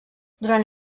durant